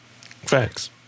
Facts